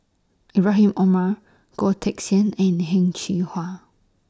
Ibrahim Omar Goh Teck Sian and Heng Cheng Hwa